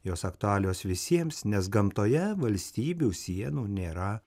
jos aktualios visiems nes gamtoje valstybių sienų nėra